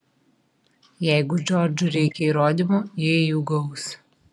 jeigu džordžui reikia įrodymų ji jų gaus